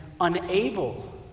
unable